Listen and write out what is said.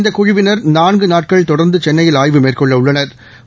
இந்த குழுவினா் நான்கு நாட்கள் தொடா்ந்து சென்னையில் ஆய்வு மேற்கொள்ள உள்ளனா்